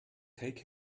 take